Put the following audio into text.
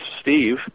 Steve